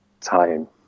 time